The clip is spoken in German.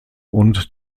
und